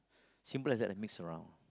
simple as that they mix around